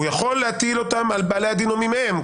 הוא יכול להטיל את זה על בעלי הדין או מי מהם.